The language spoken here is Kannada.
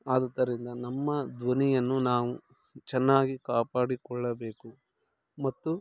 ಆದುದರಿಂದ ನಮ್ಮ ಧ್ವನಿಯನ್ನು ನಾವು ಚೆನ್ನಾಗಿ ಕಾಪಾಡಿಕೊಳ್ಳಬೇಕು ಮತ್ತು